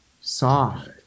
Soft